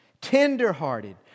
tender-hearted